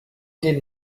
den